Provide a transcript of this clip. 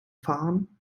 fahren